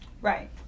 Right